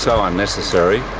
so unnecessary.